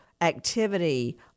activity